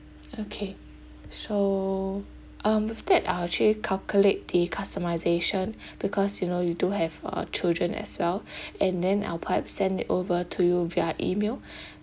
okay so um with that I'll actually calculate the customisation because you know you do have uh children as well and then our part send it over to you via email